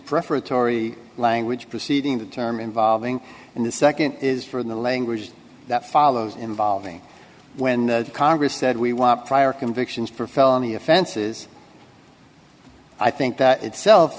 preparatory language preceding the term involving and the nd is for the language that follows involving when congress said we want prior convictions for felony offenses i think that itself